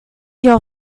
your